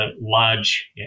large